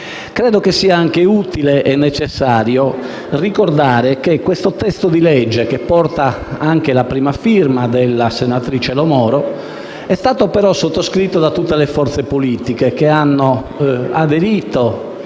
Credo sia anche utile e necessario ricordare che questo testo di legge, che porta la prima firma della senatrice Lo Moro, è stato sottoscritto da tutte le forze politiche, che hanno aderito